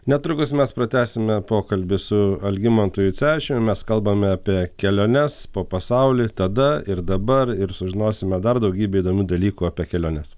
netrukus mes pratęsime pokalbį su algimantu jucevičium mes kalbame apie keliones po pasaulį tada ir dabar ir sužinosime dar daugybę įdomių dalykų apie keliones